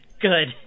Good